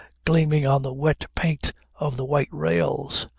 gleaming on the wet paint of the white rails.